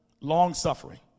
Long-suffering